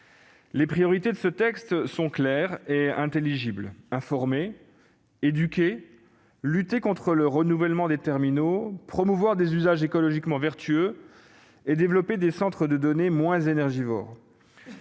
Les priorités de ce texte sont claires et intelligibles : informer, éduquer, lutter contre le renouvellement des terminaux, promouvoir des usages écologiquement vertueux et développer des centres de données moins énergivores.